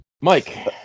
Mike